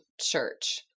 church